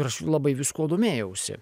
ir aš labai viskuo domėjausi